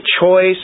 choice